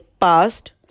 past